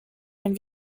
une